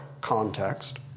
context